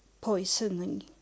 poisoning